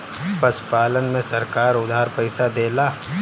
पशुपालन में सरकार उधार पइसा देला?